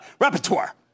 repertoire